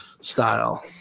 style